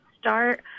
start